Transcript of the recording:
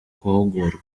guhugurwa